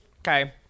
Okay